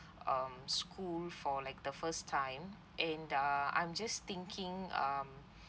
um school for like the first time and uh I'm just thinking um